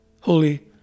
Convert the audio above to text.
holy